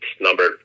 number